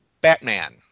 Batman